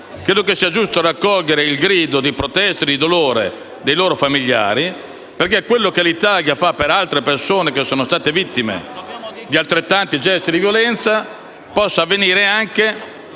Credo sia giusto raccogliere il grido di protesta e di dolore dei loro familiari perché quello che l'Italia fa per altre persone, che sono state vittime di altrettanti gesti di violenza, possa avvenire anche